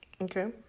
okay